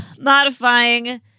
modifying